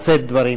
לשאת דברים.